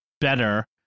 better